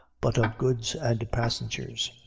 but of goods and passengers.